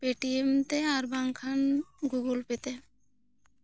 Paytm ᱛᱮ ᱟᱨ ᱵᱟᱝ ᱠᱷᱟᱱ ᱜᱩᱜᱩᱞ ᱯᱮ ᱛᱮ